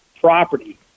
property